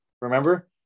Remember